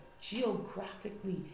geographically